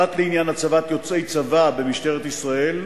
פרט לעניין הצבת יוצאי צבא במשטרת ישראל,